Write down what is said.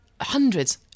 hundreds